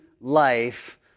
life